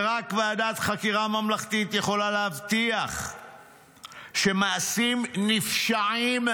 ורק ועדת חקירה ממלכתית יכולה להבטיח שמעשים נפשעים"